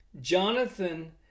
Jonathan